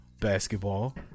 basketball